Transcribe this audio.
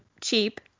cheap